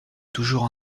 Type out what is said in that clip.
toujours